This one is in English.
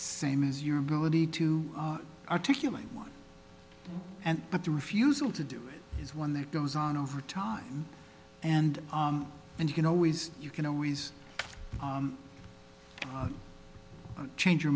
same as your ability to articulate why and but the refusal to do it is one that goes on over time and and you can always you can always change your